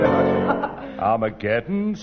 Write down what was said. Armageddon